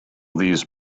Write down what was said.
these